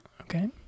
Okay